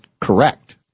correct